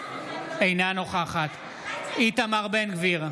אינה נוכחת איתמר בן גביר,